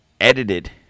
edited